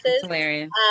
Hilarious